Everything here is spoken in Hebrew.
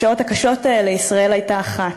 בשעות הקשות האלה ישראל הייתה אחת.